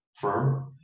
firm